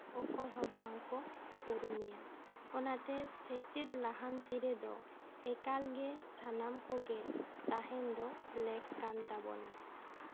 ᱚᱠᱚᱭᱦᱚᱸ ᱵᱟᱝᱠᱚ ᱩᱨᱩᱢᱮᱭᱟ ᱚᱱᱟᱛᱮ ᱥᱮᱪᱮᱫ ᱞᱟᱦᱟᱱᱛᱤ ᱨᱮᱫᱚ ᱮᱠᱟᱞᱜᱮ ᱥᱟᱱᱟᱢ ᱠᱚᱜᱮ ᱛᱟᱦᱮᱱ ᱫᱚ ᱞᱮᱠ ᱠᱟᱱ ᱛᱟᱵᱳᱱᱟ